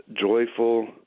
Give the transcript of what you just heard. joyful